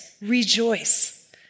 rejoice